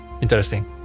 interesting